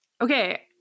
Okay